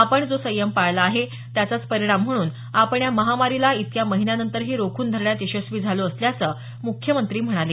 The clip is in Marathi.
आपण जो संयम पाळला आहे त्याचाच परिणाम म्हणून आपण या महामारीला इतक्या महिन्यांनंतरही रोखून धरण्यात यशस्वी झालो असल्याचं मुख्यमंत्री म्हणाले